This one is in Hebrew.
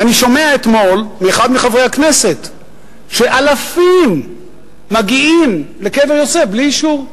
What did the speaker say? ואני שומע אתמול מאחד מחברי הכנסת שאלפים מגיעים לקבר יוסף בלי אישור.